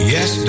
Yes